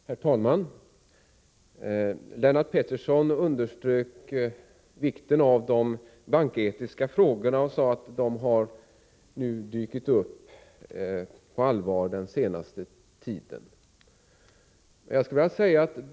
Herr talman! Lennart Pettersson underströk vikten av att man beaktar de banketiska frågorna och sade att de på allvar har dykt upp den senaste tiden.